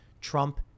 Trump